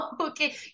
okay